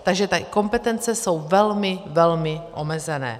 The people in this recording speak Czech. Takže ty kompetence jsou velmi, velmi omezené.